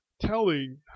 telling